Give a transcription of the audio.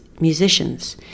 musicians